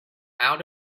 out